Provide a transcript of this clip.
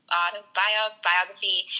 autobiography